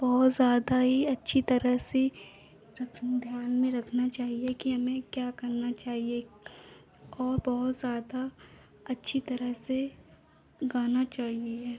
बहुत ज़्यादा ही अच्छी तरह से रखना ध्यान में रखना चाहिए कि हमें क्या करना चाहिए और बहुत ज़्यादा अच्छी तरह से गाना चाहिए